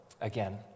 again